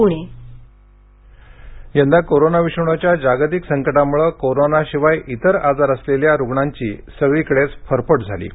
पुणे बालस्वास्थ्य यंदा कोरोना विषाणूच्या जागतिक संकटामुळे कोरोनाशिवाय इतर आजार असलेल्या रुग्णांची सगळीकडेच फरफट झाली आहे